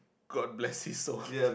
God bless this one